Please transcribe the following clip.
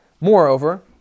Moreover